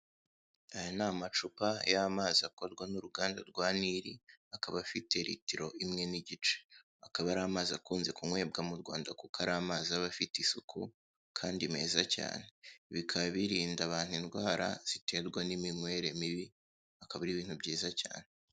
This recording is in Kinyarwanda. Aya ni amacupa y'amazi akorwa n'uruganda rwa niri akaba afite ritiro imwe n'igice akaba ari amazi akunze kunywebwa mu Rwanda kuko ari amazi aba afite isuku kandi meza cyane bikaba birinda abantu indwara ziterwa n'iminkwere mibi bikaba ari ibintu byiza cyane.